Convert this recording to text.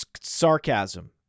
sarcasm